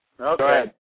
Okay